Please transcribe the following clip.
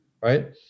Right